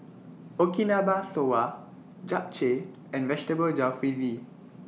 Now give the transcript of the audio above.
Okinawa Soba Japchae and Vegetable Jalfrezi